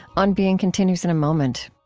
on being continues in a moment